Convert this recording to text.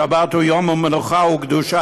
השבת הוא יום מנוחה וקדושה,